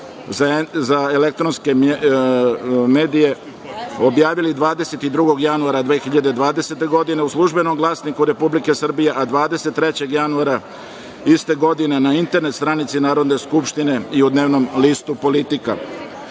za elektronske medije, objavili 22. januara 2020. godine u „Službenom glasniku“ Republike Srbije, a 23. januara iste godine, na internet stranici Narodne skupštine i u dnevnom listu „Politika“.Na